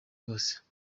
hose